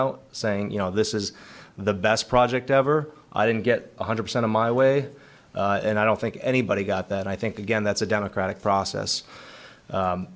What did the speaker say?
out saying you know this is the best project ever i didn't get one hundred percent of my way and i don't think anybody got that i think again that's a democratic process